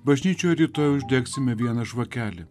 bažnyčioje rytoj uždegsime vieną žvakelį